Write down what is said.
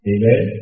Amen